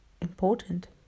important